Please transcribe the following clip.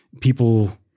people